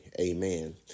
amen